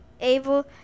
able